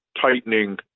tightening